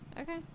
Okay